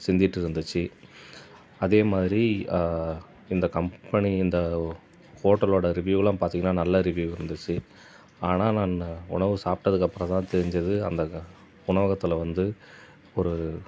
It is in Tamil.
சிந்திகிட்டு இருந்துச்சு அதே மாதிரி இந்த கம்பெனி இந்த ஹோட்டலோட ரிவியூலாம் பார்த்திங்கனா நல்ல ரிவியூ இருந்துச்சு ஆனால் நான் உணவு சாப்பிடதுக்கு அப்புறம் தான் தெரிஞ்சது அந்த க உணவகத்தில் வந்து ஒரு